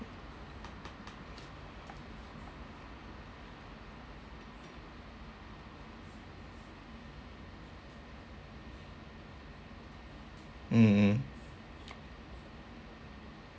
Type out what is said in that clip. mm mm